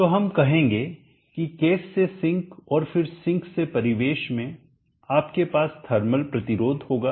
तो हम कहेंगे कि केस से सिंक और फिर सिंक से परिवेश में आपके पास थर्मल प्रतिरोध होगा